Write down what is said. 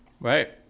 Right